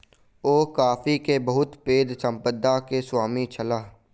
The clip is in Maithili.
ओ कॉफ़ी के बहुत पैघ संपदा के स्वामी छलाह